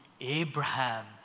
Abraham